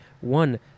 One